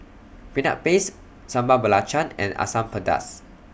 Peanut Paste Sambal Belacan and Asam Pedas